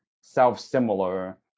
self-similar